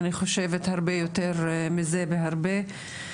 אני חושבת הרבה יותר מזה בהרבה,